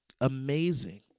amazing